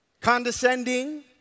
condescending